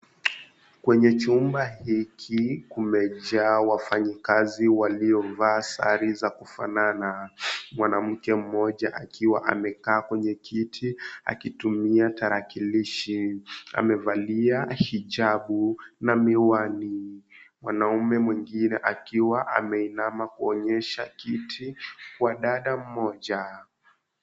Kwenye chumba hiki kimejaa wafanyikazi waliovaa sare za kufanana, mwanamke mmoja akiwa amekaa kwenye kiti akitumia tarakilishi, amevalia hijabu na miwani, mwanaume mwengine akiwa ameinama kuonyesha kiti kwa dada mmoja.